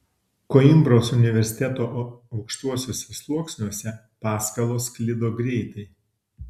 koimbros universiteto aukštuosiuose sluoksniuose paskalos sklido greitai